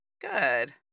Good